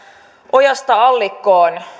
ojasta allikkoon